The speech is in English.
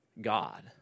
God